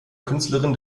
künstlerin